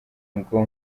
ngo